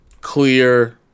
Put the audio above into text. clear –